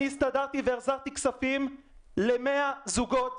אני הסתדרתי והחזרתי כספים ל-100 זוגות.